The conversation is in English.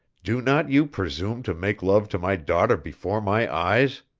do not you presume to make love to my daughter before my eyes!